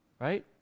right